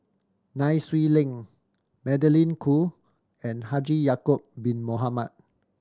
Nai Swee Leng Magdalene Khoo and Haji Ya'acob Bin Mohamed